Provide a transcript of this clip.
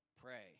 pray